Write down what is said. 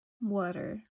water